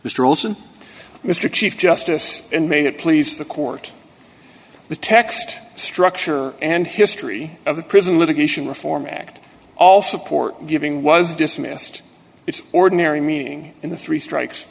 olson mr chief justice and make it please the court the text structure and history of the prison litigation reform act all support giving was dismissed its ordinary meaning in the three strikes